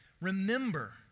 remember